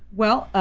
well,